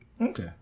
Okay